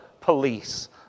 police